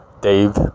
Dave